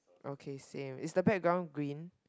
okay same is the background green